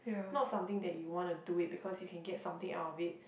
not something that you wanna do it because you can get something out of it